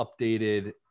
updated